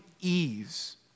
ease